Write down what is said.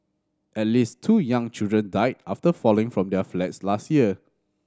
at least two young children died after falling from their flats last year